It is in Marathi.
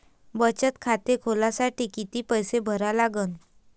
बचत खाते खोलासाठी किती पैसे भरा लागन?